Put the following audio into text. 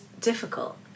difficult